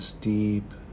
deep